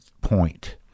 point